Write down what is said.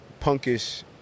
punkish